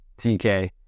TK